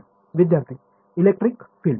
विद्यार्थीः electric field